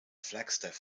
flagstaff